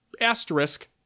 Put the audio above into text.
asterisk